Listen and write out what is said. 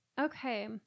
Okay